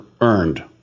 earned